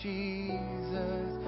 Jesus